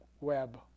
web